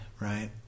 right